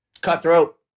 cutthroat